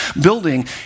building